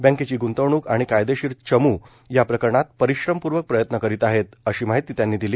बँकेची गूंतवणुक आणि कायदेशीर चमू या प्रकरणात परिश्रमप्र्वक प्रयत्न करीत आहेत अशी माहिती त्यांनी दिली